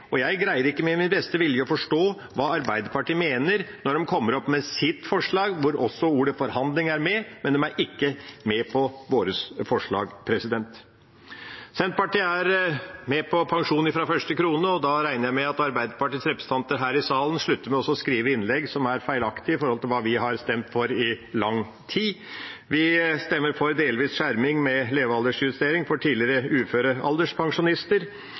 og jeg greier ikke med min beste vilje å forstå hva Arbeiderpartiet mener når de kommer opp med sitt forslag, hvor også ordet «forhandle» er med, men de ikke er med på vårt forslag. Senterpartiet er med på pensjon fra første krone, og da regner jeg med at Arbeiderpartiets representanter i denne salen slutter med å skrive innlegg som er feilaktige i forhold til hva vi har stemt for i lang tid. Vi stemmer for delvis skjerming mot levealdersjustering for tidligere uføre alderspensjonister.